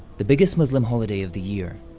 the biggest muslim holiday of the year.